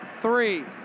three